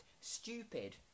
stupid